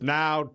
now